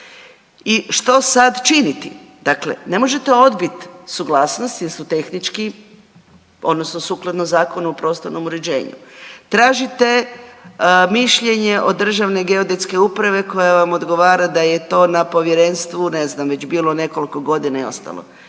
I što sad činiti? Dakle, ne možete odbit suglasnost jer su tehnički odnosno sukladno Zakonu o prostornom uređenju. Tražite mišljenje od Državne geodetske uprave koja vam odgovara da vam je to na povjerenstvu, ne znam, već bilo nekoliko godina i ostalo.